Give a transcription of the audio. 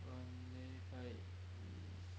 monday 拜一